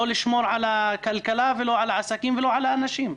לשמור על הכללה ולא על העסקים ולא על האנשים.